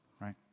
right